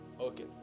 okay